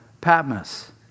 Patmos